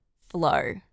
flow